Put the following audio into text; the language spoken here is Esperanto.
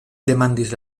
demandis